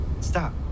stop